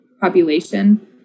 population